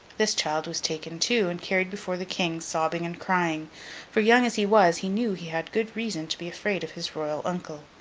this child was taken, too, and carried before the king, sobbing and crying for, young as he was, he knew he had good reason to be afraid of his royal uncle.